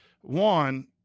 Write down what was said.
one